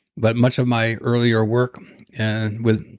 but much of my earlier work and with